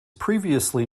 previously